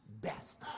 best